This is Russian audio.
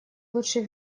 лучший